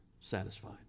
satisfied